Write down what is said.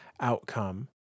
outcome